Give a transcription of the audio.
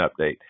Update